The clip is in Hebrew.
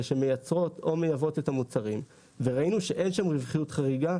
שמייצרות או מייבאות את המוצרים וראינו שאין שם רווחיות חריגה,